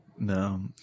No